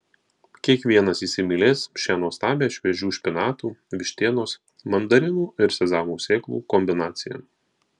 kiekvienas įsimylės šią nuostabią šviežių špinatų vištienos mandarinų ir sezamo sėklų kombinaciją